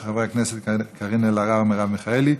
של חברות הכנסת קארין אלהרר ומרב מיכאלי.